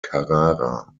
carrara